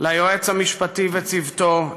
ליועץ המשפטי וצוותו,